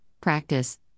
Practice